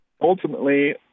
Ultimately